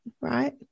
right